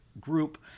group